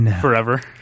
forever